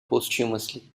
posthumously